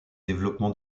développement